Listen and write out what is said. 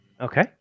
Okay